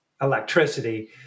electricity